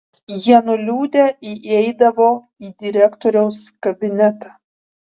jie nuliūdę įeidavo į direktoriaus kabinetą